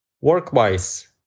Work-wise